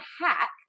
hack